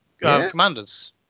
commanders